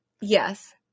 Yes